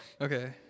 Okay